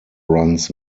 runs